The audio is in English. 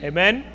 Amen